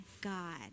God